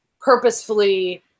purposefully